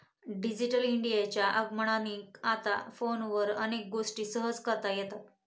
digital इंडियाच्या आगमनाने आता फोनवर अनेक गोष्टी सहज करता येतात